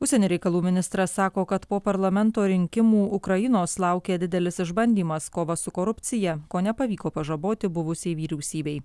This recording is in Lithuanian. užsienio reikalų ministras sako kad po parlamento rinkimų ukrainos laukia didelis išbandymas kova su korupcija ko nepavyko pažaboti buvusiai vyriausybei